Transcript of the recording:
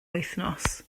wythnos